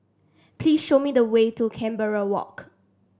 please show me the way to Canberra Walk